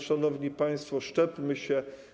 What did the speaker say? Szanowni państwo, szczepmy się.